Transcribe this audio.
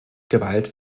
gewalt